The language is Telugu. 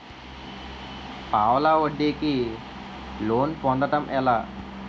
పావలా వడ్డీ కి లోన్ పొందటం ఎలా?